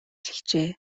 эхэлжээ